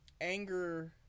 anger